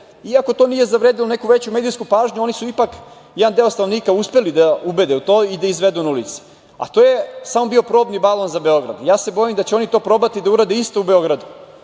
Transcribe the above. Iako to nije zavredelo neku veću medijsku pažnju, oni su ipak jedan deo stanovnika uspeli da ubede u to i da izvedu na ulice, a to je samo bio probni balon za Beograd. Bojim se da će oni to probati da uradi isto u Beogradu,